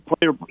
player